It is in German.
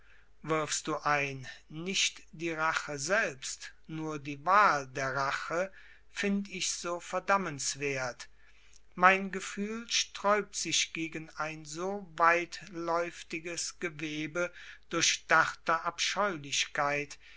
wirfst du ein nicht die rache selbst nur die wahl der rache find ich so verdammenswert mein gefühl sträubt sich gegen ein so weitläuftiges gewebe durchdachter abscheulichkeit